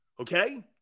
Okay